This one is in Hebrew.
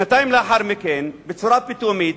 שנתיים לאחר מכן, בצורה פתאומית,